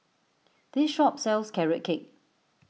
this shop sells Carrot Cake